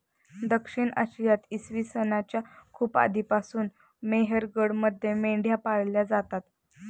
दक्षिण आशियात इसवी सन च्या खूप आधीपासून मेहरगडमध्ये मेंढ्या पाळल्या जात असत